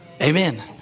Amen